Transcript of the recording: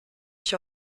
ich